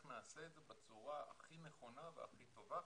נעשה את זה בצורה הכי נכונה והכי טובה.